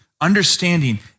understanding